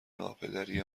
ناپدری